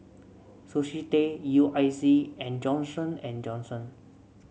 Sushi Tei U I C and Johnson And Johnson